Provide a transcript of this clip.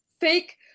fake